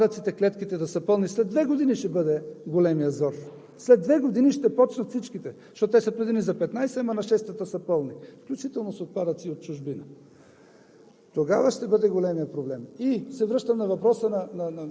Те изпитват затруднения, аз ги разбирам. Но когато дойде време отпадъците – клетките, да са пълни, две години ще бъде големият зор. След две години, ще започнат всичките, защото те са предвидени за 15, ама на 6-та са пълни, включително с отпадъци и от чужбина.